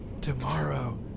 tomorrow